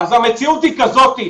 אז המציאות היא כזאת,